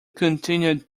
continued